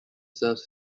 serves